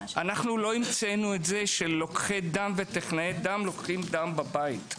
לא המצאנו את זה שטכנאי דם ולוקחי דם לוקחים דם בבית.